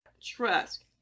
Trust